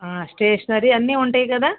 stationery అన్నీ ఉంటాయి కదా